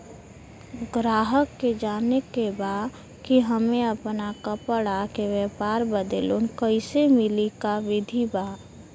गराहक के जाने के बा कि हमे अपना कपड़ा के व्यापार बदे लोन कैसे मिली का विधि बा?